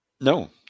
No